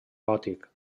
gòtic